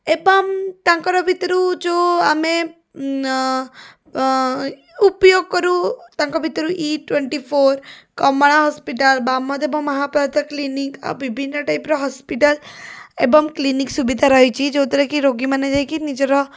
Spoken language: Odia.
ଏବଂ ତାଙ୍କର ଭିତରୁ ଯେଉଁ ଆମେ ଉପୟୋଗ କରୁ ତାଙ୍କ ଭିତରୁ twenty four Kamala hospital Bamdev ମାହାପାଧ୍ୟା କ୍ଲିନିକ୍ ଆଉ ବିଭିନ୍ନ ଟାଇପର ହସ୍ପିଟାଲ ଏବଂ କ୍ଲିନିକ୍ ସୁବିଧା ରହିଛି ଯେଉଁଥିରେକି ରୋଗୀ ମାନେ ଯାଇକି ନିଜର